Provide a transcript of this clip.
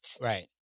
Right